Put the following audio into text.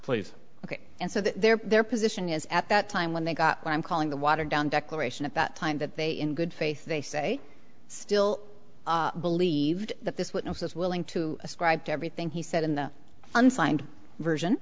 please ok and so there their position is at that time when they got what i'm calling the watered down declaration at that time that they in good faith they say still believed that this witness is willing to ascribe to everything he said in the unsigned version